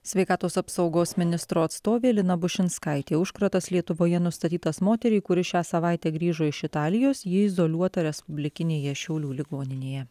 sveikatos apsaugos ministro atstovė lina bušinskaitė užkratas lietuvoje nustatytas moteriai kuri šią savaitę grįžo iš italijos ji izoliuota respublikinėje šiaulių ligoninėje